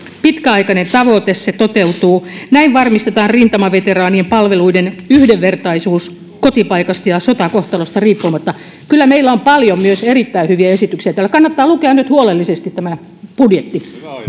pitkäaikainen tavoite toteutuu näin varmistetaan rintamaveteraanien palveluiden yhdenvertaisuus kotipaikasta ja sotakohtalosta riippumatta kyllä meillä on paljon myös erittäin hyviä esityksiä täällä kannattaa lukea nyt huolellisesti tämä budjetti